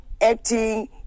acting